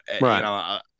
Right